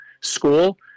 school